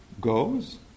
goes